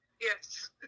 Yes